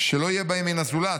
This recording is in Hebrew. שלא יהיה בהם מן הזולת.